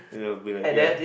they will be like ya